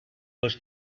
was